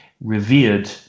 revered